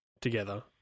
together